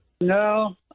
No